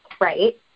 right